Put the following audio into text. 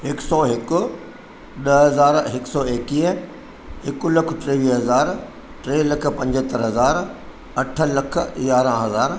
हिकु सौ हिकु ॾह हज़ार हिकु सौ एकवीह हिकु लख टेवीह हज़ार टे लख पंजहतरि हज़ार अठ लख यारहं हज़ार